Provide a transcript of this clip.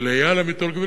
ולאייל המיתולוגי,